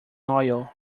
oil